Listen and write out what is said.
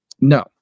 No